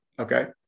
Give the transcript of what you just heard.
Okay